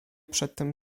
przedtem